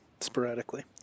sporadically